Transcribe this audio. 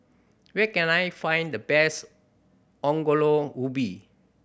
where can I find the best Ongol Ubi